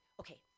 okay